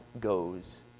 goes